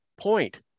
point